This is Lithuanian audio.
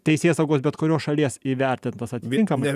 teisėsaugos bet kurios šalies įvertintas atitinkamai